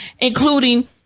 including